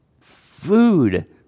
Food